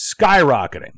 skyrocketing